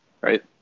right